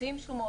מוציאים שומות,